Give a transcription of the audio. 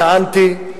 טענתי,